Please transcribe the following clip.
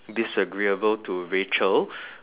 disagreeable to Rachel